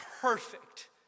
perfect